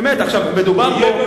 באמת, אני רואה.